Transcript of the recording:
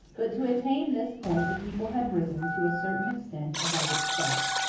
but to attain this point the people had risen, to a certain extent, above itself.